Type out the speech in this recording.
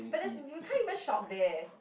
but there's you can't even shop there